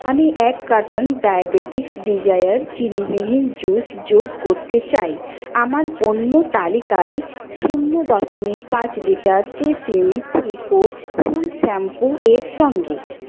আমি এক carton diabetics desire চিনিবিহীন জুস যোগ করতে চাই আমার পণ্য তালিকায় শূন্য দশমিক পাঁচ লিটার ট্রেসিমি থিক ও ফুল শ্যাম্পু এর সঙ্গে